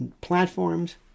platforms